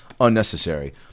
unnecessary